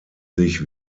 sich